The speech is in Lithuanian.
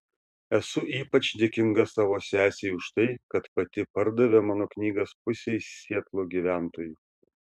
esu ypač dėkinga savo sesei už tai kad pati pardavė mano knygas pusei sietlo gyventojų